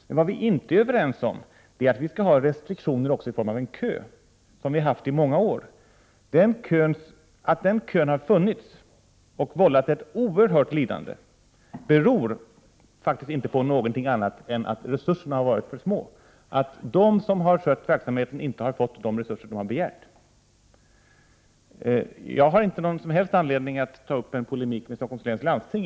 Men vi är inte överens om att det skall finnas restriktioner i form av den kö som vi har haft i många år. Att den kön funnits, och vållat ett oerhört lidande, beror faktiskt inte på något annat än att resurserna har varit för små. De som har skött verksamheten har inte fått de resurser de har begärt. Jag har inte anledning att inlåta mig i polemik med Stockholms läns landsting.